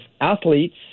athletes